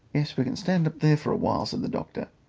yes, we can stand up there for a while, said the doctor,